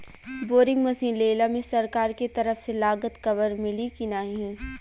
Boring machine लेला मे सरकार के तरफ से लागत कवर मिली की नाही?